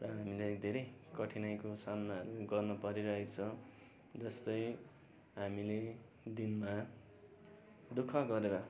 र हामीलाई धेरै कठिनाइको सामनाहरू गर्नु परिरहेको छ जस्तै हामीले दिनमा दु ख गरेर